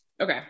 okay